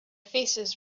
faces